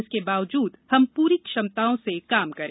इसके बावजूद हम पूरी क्षमताओं से काम करें